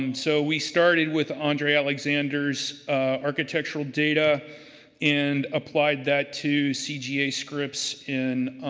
um so we started with andre alexander's architectural data and apply that to cga scripts in